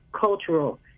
cultural